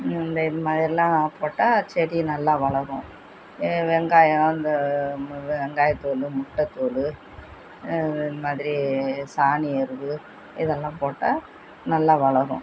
இந்த இது மாதிரிலாம் போட்டால் செடி நல்லா வளரும் இது வெங்காயம் இந்த வெங்காயத்தோல் முட்டத்தோல் இந்த மாதிரி சாணி எருவு இதெல்லாம் போட்டால் நல்லா வளரும்